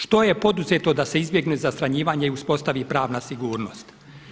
Što je poduzeto da se izbjegne zastranjivanje i uspostavi pravna sigurnost?